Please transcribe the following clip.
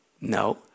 No